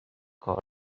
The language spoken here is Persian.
کار